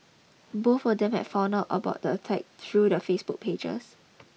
both or them had found out about the attacks through their Facebook pages